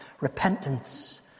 Repentance